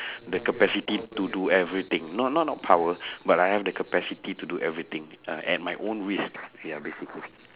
the capacity to do everything not not not power but I have the capacity to do everything ya at my own risk ya basically